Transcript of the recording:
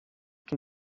can